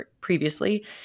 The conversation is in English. previously